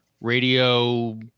radio